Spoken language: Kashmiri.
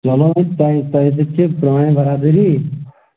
چلو وۅنۍ تۄہہِ تۄہہِ سۭتۍ چھِ پرٛٲنۍ برابری